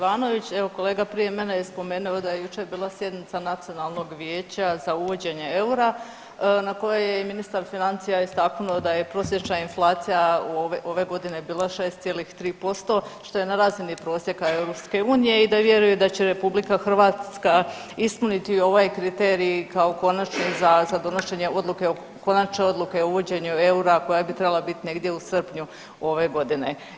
Poštovani kolega Ivanović, evo kolega prije mene je spomenuo da je jučer bila sjednica Nacionalnog vijeća za uvođenje eura na kojoj je i ministar financija istaknuo da je prosječna inflacija ove godine bila 6,3% što je na razini prosjeka EU i da vjeruje da će RH ispuniti ovaj kriterij kao konačni za donošenje odluke, konačne odluke o uvođenju eura koja bi trebala biti negdje u srpnju ove godine.